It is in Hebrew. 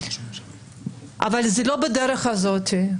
אבל לא בדרך הזאת,